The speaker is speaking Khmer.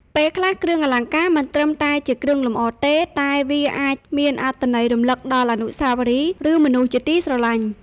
ពេលខ្លះគ្រឿងអលង្ការមិនត្រឹមតែជាគ្រឿងលម្អទេ តែវាអាចមានអត្ថន័យរំលឹកដល់អនុស្សាវរីយ៍ ឬ មនុស្សជាទីស្រលាញ់។